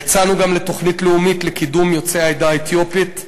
יצאנו גם לתוכנית לאומית לקידום יוצאי העדה האתיופית,